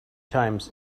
times